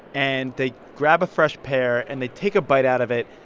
and they grab a fresh pear. and they take a bite out of it.